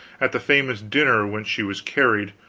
at the famous dinner whence she was carried,